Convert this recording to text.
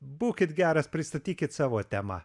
būkit geras pristatykit savo temą